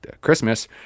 Christmas